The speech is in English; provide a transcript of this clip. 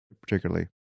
particularly